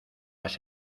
has